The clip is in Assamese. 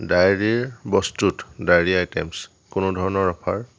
ডায়েৰীৰ বস্তুত ডায়েৰী আইটেমচ কোনো ধৰণৰ অফাৰ